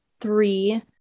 three